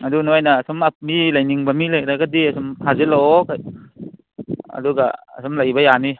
ꯑꯗꯨ ꯅꯣꯏꯅ ꯑꯁꯨꯝ ꯃꯤ ꯂꯩꯅꯤꯡꯕ ꯃꯤ ꯂꯩꯔꯒꯗꯤ ꯑꯁꯨꯝ ꯐꯥꯖꯤꯜꯂꯛꯑꯣ ꯑꯗꯨꯒ ꯑꯁꯨꯝ ꯂꯩꯕ ꯌꯥꯅꯤ